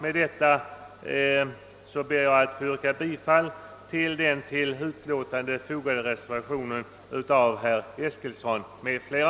Med dessa ord ber jag att få yrka bifall till den vid utlåtandet fogade reservationen av herr Eskilsson m.fl.